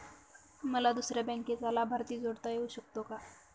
मला दुसऱ्या बँकेचा लाभार्थी जोडता येऊ शकतो का?